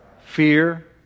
Fear